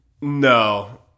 no